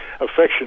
affection